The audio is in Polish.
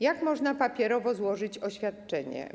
Jak można papierowo złożyć oświadczenie?